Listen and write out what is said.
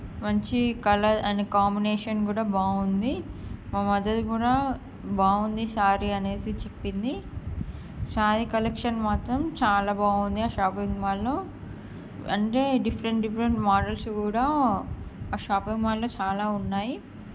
మంచి colour and combination కూడా బాగుంది మా మదర్ కూడా బాగుంది సారీ అనేసి చెప్పింది సారీ కలెక్షన్ మాత్రం చాలా బాగుంది ఆ షాపింగ్ మాల్లో అంటే డిఫరెంట్ డిఫరెంట్ మోడల్స్ కూడా ఆ షాపింగ్ మాల్లో చాలా ఉన్నాయి